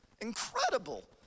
incredible